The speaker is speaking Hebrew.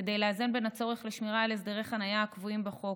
כדי לאזן בין הצורך לשמירה על הסדרי חניה הקבועים בחוק,